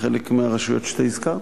לחלק מהרשויות שאתה הזכרת: